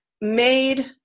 made